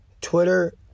Twitter